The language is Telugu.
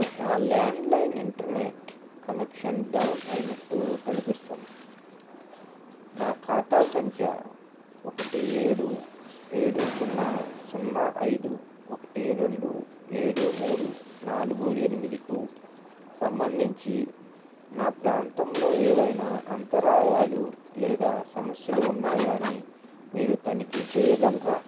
నా ల్యాండ్లైన్ ఇంటర్నెట్ కనెక్షన్ డౌన్ అయినట్లు కనిపిస్తుంది నా ఖాతా సంఖ్య ఒకటి ఏడు ఏడు సున్నా సున్నా ఐదు ఒకటి రెండు ఏడు మూడు నాలుగు ఎనిమిదికు సంబంధించి నా ప్రాంతంలో ఏవైనా అంతరాయాలు లేదా సమస్యలు ఉన్నాయా అని మీరు తనిఖీ చేయగలరా